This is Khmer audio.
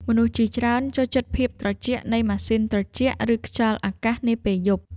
មនុស្សជាច្រើនចូលចិត្តភាពត្រជាក់នៃម៉ាស៊ីនត្រជាក់ ឬខ្យល់អាកាសនាពេលយប់។